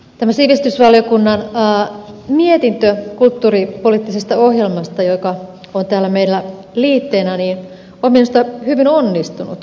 tämä sivistysvaliokunnan mietintö kulttuuripoliittisesta ohjelmasta joka on täällä meillä liitteenä on minusta hyvin onnistunut